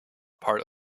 part